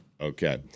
Okay